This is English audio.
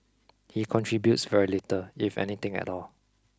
he contributes very little if anything at all